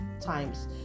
times